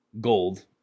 gold